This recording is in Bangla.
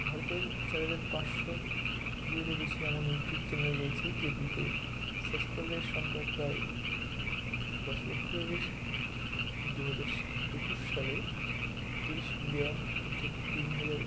ভারতের চার হাজার পাঁচশো ভিউয়ারের বেশি এমন ইউটিউব চ্যানেল রয়েছে যেগুলোতে সাবস্ক্রাইবের সংখ্যা প্রায় দশ লক্ষেরও বেশি দু হাজার সা একুশ সালে তিরিশ বিলিয়ন অর্থাৎ তিন হাজার